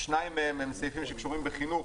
שניים מהם קשורים בחינוך.